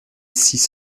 six